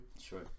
Sure